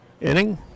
inning